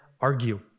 argue